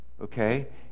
Okay